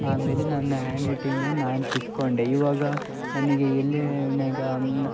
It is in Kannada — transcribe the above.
ಆಮೇಲೆ ನನ್ನ ಹ್ಯಾಂಡ್ರೈಟಿಂಗನ್ನು ನಾನು ತಿದ್ಕೊಂಡೆ ಇವಾಗ ನನಗೆ ಎಲ್ಲೇ ನೆಗ